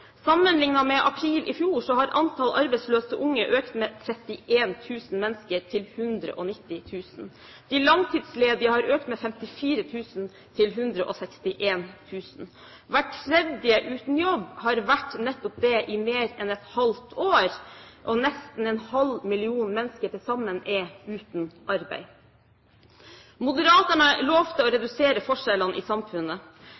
med april i fjor har antallet arbeidsløse unge økt med 31 000 mennesker, til 190 000. Antall langtidsledige har økt med 54 000, til 161 000. Hver tredje uten jobb har vært nettopp det i mer enn et halvt år, og nesten ½ million mennesker til sammen er uten arbeid. Moderaterna lovet å